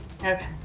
Okay